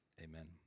amen